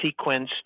sequenced